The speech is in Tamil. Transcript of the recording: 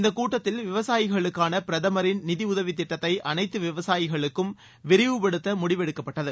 இந்தக் கூட்டத்தில் விவசாயிகளுக்கான பிரதமரின் நிதி உதவி திட்டத்தை அனைத்து விவசாயிகளுக்கும் விரிவுபடுத்த முடிவு எடுக்கப்பட்டது